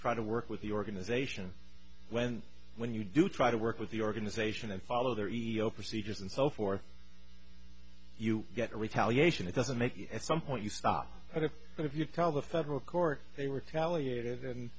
try to work with the organization when when you do try to work with the organization and follow their ego procedures and so forth you get a retaliation it doesn't make it at some point you stop it but if you tell the federal court they retaliated and